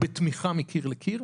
בתמיכה מקיר לקיר,